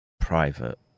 private